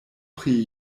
pri